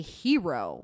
hero